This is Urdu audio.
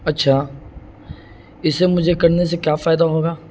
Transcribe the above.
اچھا اس سے مجھے کرنے سے کیا فائدہ ہوگا